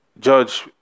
judge